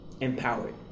empowered